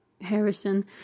Harrison